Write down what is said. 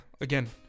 again